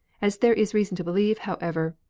as there is reason to believe, however,